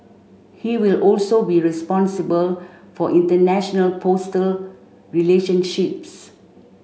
he will also be responsible for international postal relationships